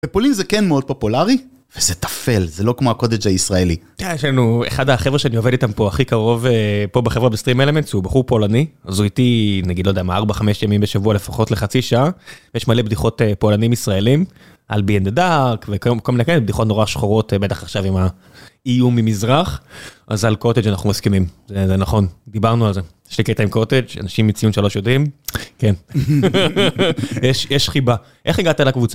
פולין זה כן מאוד פופולארי וזה תפל זה לא כמו הקוטג' הישראלי. יש לנו אחד החבר'ה שאני עובד איתם פה הכי קרוב פה בחברה בסטרים אלמנטס הוא בחור פולני אז הוא איתי נגיד לא יודע מה 4-5 ימים בשבוע לפחות לחצי שעה, יש מלא בדיחות פולנים ישראלים על בי-אנד-דארק וכל מיני בדיחות נורא שחורות בטח עכשיו עם האיום ממזרח אז על קוטג' אנחנו מסכימים זה נכון, דיברנו על זה, יש לי קטע עם קוטג' אנשים מציון שלוש יודעים, יש חיבה. איך הגעת לקבוצה?